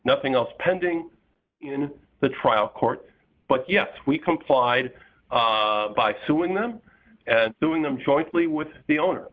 nothing else pending in the trial court but yes we complied by suing them doing them jointly with the owner